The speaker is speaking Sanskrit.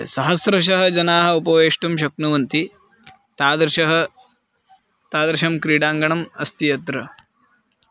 सहस्रशः जनाः उपवेष्टुं शक्नुवन्ति तादृशं तादृशं क्रीडाङ्गणम् अस्ति अत्र